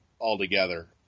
altogether